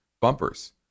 bumpers